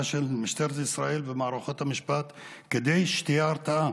של משטרת ישראל ומערכות המשפט כדי שתהיה הרתעה.